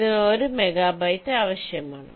ഇതിന് 1 മെഗാബൈറ്റ് ആവശ്യമാണ്